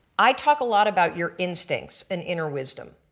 i talk a lot about your instincts and inner wisdom